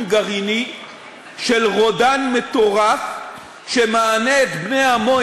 גרעיני של רודן מטורף שמענה את בני עמו,